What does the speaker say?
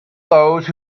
those